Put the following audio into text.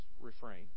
refrain